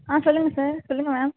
ஆ சொல்லுங்கள் சார் சொல்லுங்கள் மேம்